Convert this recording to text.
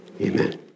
Amen